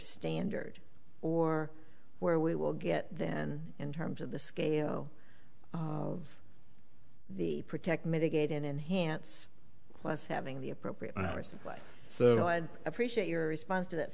standard or where we will get then in terms of the scale of the protect mitigate and enhance plus having the appropriate hours so i would appreciate your response to that